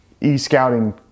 e-scouting